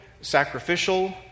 sacrificial